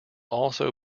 also